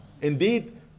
indeed